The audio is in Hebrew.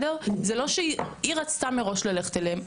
היא רצתה מראש ללכת אליהם,